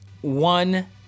One